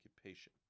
occupation